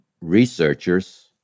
researchers